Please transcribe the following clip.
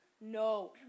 no